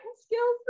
skills